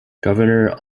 governor